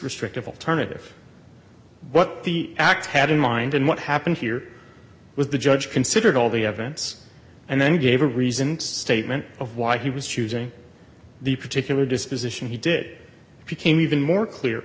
restrictive alternative what the act had in mind and what happened here was the judge considered all the evidence and then gave a reason statement of why he was choosing the particular disposition he did it became even more clear